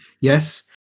yes